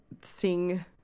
sing